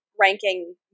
ranking